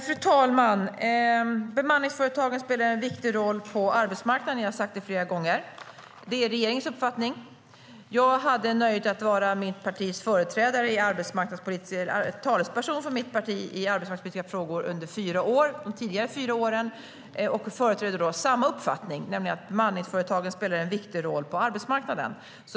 Fru talman! Jag har flera gånger sagt att bemanningsföretagen spelar en viktig roll på arbetsmarknaden. Det är regeringens uppfattning. Jag hade nöjet att vara talesperson för mitt parti i arbetsmarknadspolitiska frågor under fyra år. Jag företrädde då samma uppfattning, nämligen att bemanningsföretagen spelar en viktig roll på arbetsmarknaden.